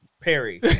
Perry